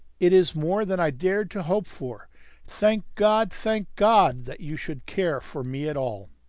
it is more than i dared to hope for thank god, thank god, that you should care for me at all!